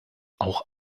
auch